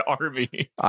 army